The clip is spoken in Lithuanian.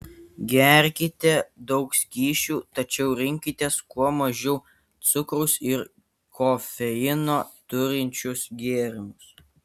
gerkite daug skysčių tačiau rinkitės kuo mažiau cukraus ir kofeino turinčius gėrimus